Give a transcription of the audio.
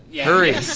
Hurry